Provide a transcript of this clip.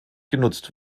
genutzt